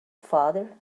father